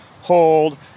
hold